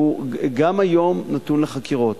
והוא גם היום נתון לחקירות,